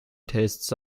tastes